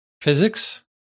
physics